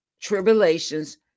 tribulations